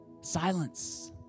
Silence